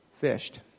fished